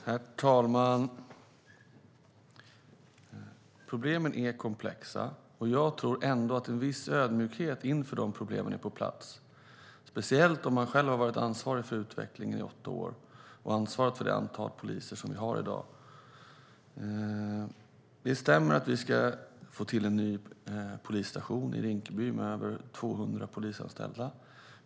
Herr talman! Problemen är komplexa, och jag tror ändå att en viss ödmjukhet inför dessa problem är på plats, speciellt om man själv har varit ansvarig för utvecklingen i åtta år och ansvarat för det antal poliser som vi har i dag. Det stämmer att vi ska få en ny polisstation i Rinkeby med över 200 polisanställda.